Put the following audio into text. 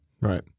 Right